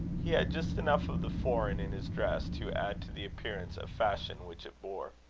he had just enough of the foreign in his dress to add to the appearance of fashion which it bore.